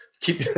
keep